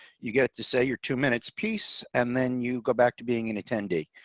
you get to say your two minutes piece and then you go back to being an attendee